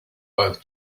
both